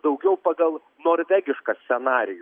daugiau pagal norvegišką scenarijų